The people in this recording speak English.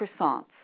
Croissants